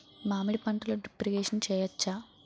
మామిడి పంటలో drip irrigation చేయచ్చా?